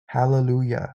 hallelujah